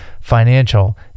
financial